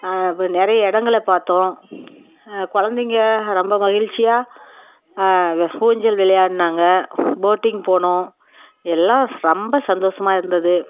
அப்புறம் நிறைய இடங்கள பார்த்தோம் குழந்தைங்க ரொம்ப மகிழ்ச்சியாக ஊஞ்சல் விளையாடுனாங்க போட்டிங் போனோம் எல்லாம் ரொம்ப சந்தோஷமாக இருந்தது